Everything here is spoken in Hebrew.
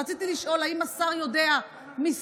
רציתי לשאול אם השר יודע מספרית,